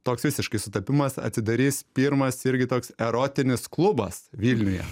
toks visiškai sutapimas atsidarys pirmas irgi toks erotinis klubas vilniuje